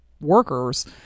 workers